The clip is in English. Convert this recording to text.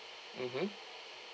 mmhmm